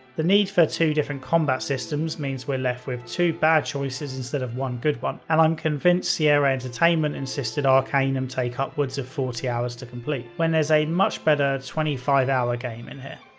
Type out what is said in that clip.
the need for two different combat systems, means we're left with two bad choices instead of one good one, and i'm convinced sierra entertainment insisted arcanum take upwards of forty hours to complete, when there's a much better twenty five hour game. and